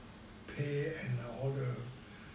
pay and all the